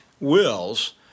wills